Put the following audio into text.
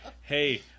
Hey